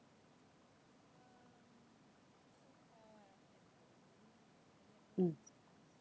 mm